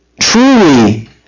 truly